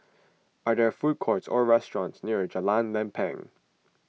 are there food courts or restaurants near Jalan Lempeng